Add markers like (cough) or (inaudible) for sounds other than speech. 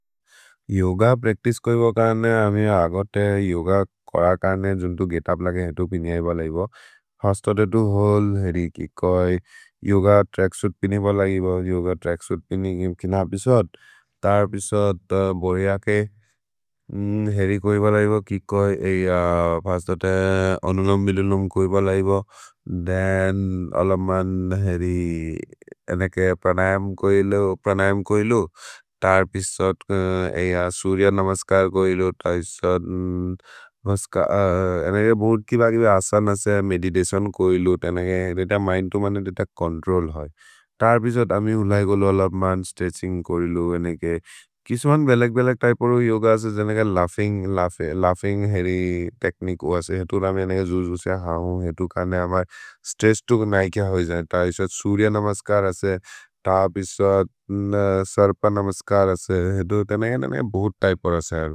योग प्रच्तिचे कोइब काने, अमे अगते योग कोर काने, जुन्तो गेत् उप् लगे हेतु पिनिऐ बलैब। फिर्स्त् ओर्देर् तो व्होले, हेरि किक् कोइ। योग त्रच्क् सुइत् पिनिऐ बलैब, योग त्रच्क् सुइत् पिनिऐ, किम्किन एपिसोद्। तर् एपिसोद् बोरेअके, हेरि कोइब बलैब किक् कोइ। फिर्स्त् ओर्देर् अनुलोम् मिलोलोम् कोइब बलैब। थेन् अलम्मन् हेरि प्रनयम् कोइलो, प्रनयम् कोइलो। तर् एपिसोद्, सुर्य नमस्कर् कोइलो। तर् एपिसोद्, मस्कर्। एनेके बूर् कि बगिबे असन् असे (hesitation) मेदिदतिओन् कोइलो। एनेके रेत मिन्द् तो मने रेत चोन्त्रोल् है। तर् एपिसोद् अमे उलै गोलो अलम्मन् स्त्रेत्छिन्ग् कोइलो। एनेके किसुमन् (hesitation) बेलक् बेलक् त्य्पे ओर योग असे। एनेके लौघिन्ग्, लौघिन्ग् हेरि तेछ्निकुए ओ असे। तर् एपिसोद्, सुर्य नमस्कर् असे। एनेके बूर् त्य्पे ओर असे।